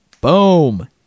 Boom